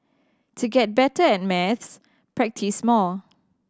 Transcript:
to get better at maths practise more